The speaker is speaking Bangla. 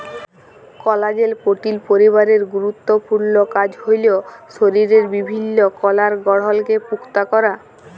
কলাজেল পোটিল পরিবারের গুরুত্তপুর্ল কাজ হ্যল শরীরের বিভিল্ল্য কলার গঢ়লকে পুক্তা ক্যরা